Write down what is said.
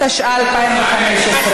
התשע"ה 2015,